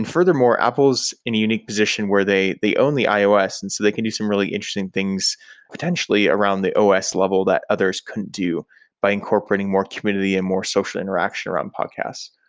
furthermore, apple is in a unique position where they they only ios. and so they can do some really interesting things potentially around the os level that others couldn't do by incorporating more community and more social interaction around podcast.